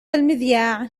المذياع